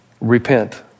repent